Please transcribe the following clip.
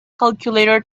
calculator